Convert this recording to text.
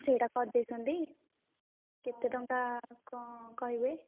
ସେଇଟା କରିଦେଇଛନ୍ତି କେତେ ଟଙ୍କା କଣ କହିବେ